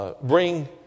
bring